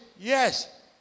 Yes